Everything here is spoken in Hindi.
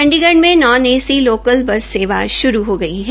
चंडीगढ़ में नॉन ए सी लोकल बसें सेवा श्रू हो गई है